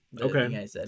Okay